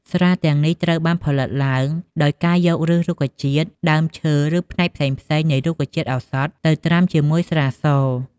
ស្រាទាំងនេះត្រូវបានផលិតឡើងដោយការយកឫស រុក្ខជាតិ ដើមឈើ ឬផ្នែកផ្សេងៗនៃរុក្ខជាតិឱសថទៅត្រាំជាមួយស្រាស។